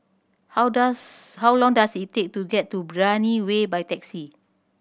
how does how long does it take to get to Brani Way by taxi